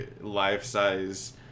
life-size